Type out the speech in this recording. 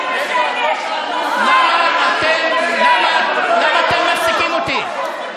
למה אתם מפסיקים אותי?